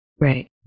Right